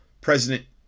president